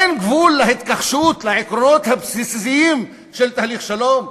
אין גבול להתכחשות לעקרונות הבסיסיים של תהליך שלום?